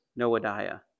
Noadiah